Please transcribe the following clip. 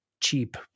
cheap